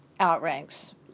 outranks